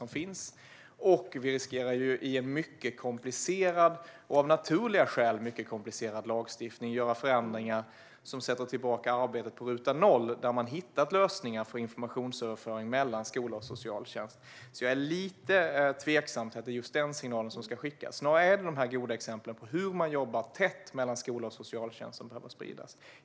Vi riskerar också att göra förändringar i lagstiftningen, som av naturliga skäl är mycket komplicerad, som sätter tillbaka arbetet på ruta noll i de fall där man har hittat lösningar för informationsöverföring mellan skola och socialtjänst. Jag är alltså lite tveksam till att det är just den signalen som ska skickas. Snarare är det de goda exemplen på hur man jobbar tätt tillsammans mellan skola och socialtjänst som behöver spridas.